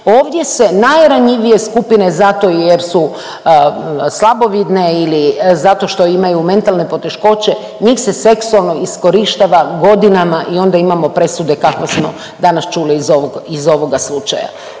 Ovdje se najranjivije skupine zato jer su slabovidne ili zato što imaju mentalne poteškoće, njih se seksualno iskorištava godinama i onda imamo presude kako smo danas čuli iz ovog, iz